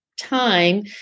time